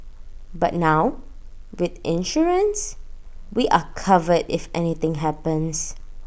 but now with insurance we are covered if anything happens